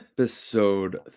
Episode